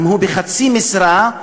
אם הוא בחצי משרה,